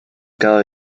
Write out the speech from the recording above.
cada